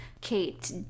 kate